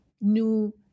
new